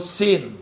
sin